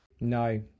no